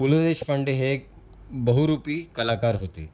पु ल देशपांडे हे एक बहुरूपी कलाकार होते